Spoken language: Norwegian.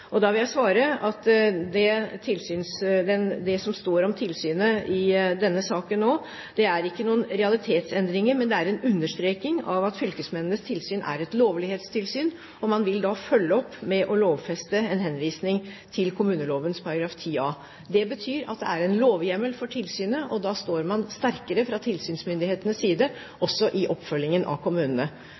måte. Da vil jeg svare at det som står om tilsynet i denne saken nå, ikke er noen realitetsendringer, men en understreking av at fylkesmennenes tilsyn er et lovlighetstilsyn, og man vil da følge opp med å lovfeste en henvisning til kommuneloven kapittel 10 A. Det betyr at det er en lovhjemmel for tilsynet, og da står man sterkere fra tilsynsmyndighetenes side også i oppfølgingen av kommunene.